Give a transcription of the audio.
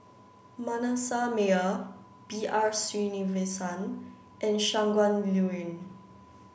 Manasseh Meyer B R Sreenivasan and Shangguan Liuyun